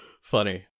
funny